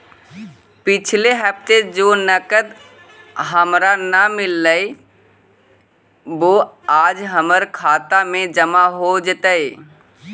पिछले हफ्ते जो नकद हमारा न मिललइ वो आज हमर खता में जमा हो जतई